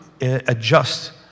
adjust